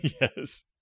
Yes